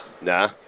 Nah